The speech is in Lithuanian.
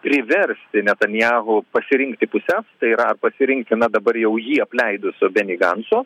priversti netanyahu pasirinkti puses tai yra pasirinkti na dabar jau jį apleidusio beni ganco